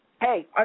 Hey